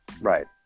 Right